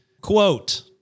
Quote